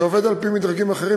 זה עובד על-פי מדרגים אחרים,